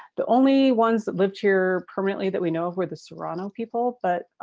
the only ones that lived here permanently, that we know of, were the serrano people, but